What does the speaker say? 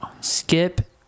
Skip